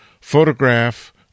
photograph